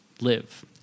live